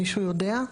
מישהו יודע?